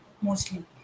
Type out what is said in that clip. mostly